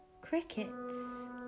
crickets